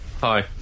Hi